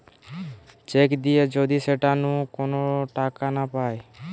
check দিয়ে যদি সেটা নু কোন টাকা না পায়